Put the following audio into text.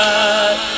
God